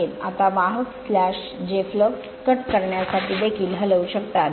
आता वाहक स्लॅश जे फ्लक्स कट करण्यासाठी देखील हलवू शकतात